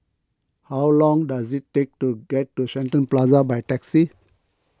how long does it take to get to Shenton Plaza by taxi